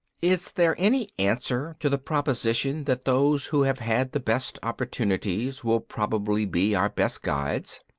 is there any answer to the proposition that those who have had the best opportunities will probably be our best guides?